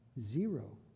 Zero